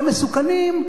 הם מסוכנים,